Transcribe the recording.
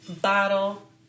bottle